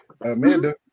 Amanda